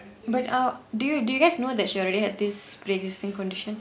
but uh do you do you guys know that she already had this pre-existing condition